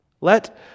Let